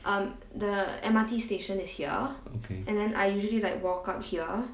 okay